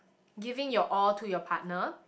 giving your all to your partner